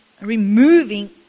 removing